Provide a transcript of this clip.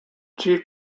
chief